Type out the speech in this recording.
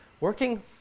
working